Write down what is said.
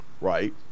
right